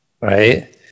right